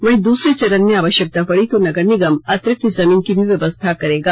वहीं दूसरे चरण में आवश्यक्ता पड़ी तो नगर निगम अतिरिक्त जमीन की भी व्यवस्था करेगा